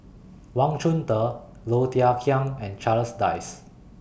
Wang Chunde Low Thia Khiang and Charles Dyce